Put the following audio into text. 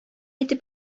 итеп